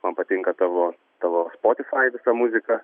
man patinka tavo tavo spotify visa muzika